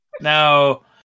Now